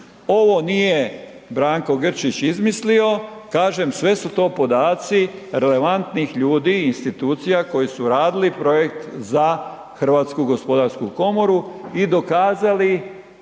Ovo nije Branko Grčić izmislio, kažem sve su to podaci relevantnih ljudi i institucija koji su radili projekt za HGK i dokazali